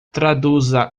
traduza